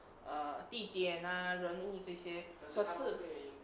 err 地点啊人物这些可是